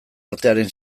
artearen